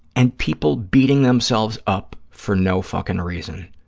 and people beating themselves up for no fucking reason.